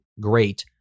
great